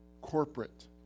Corporate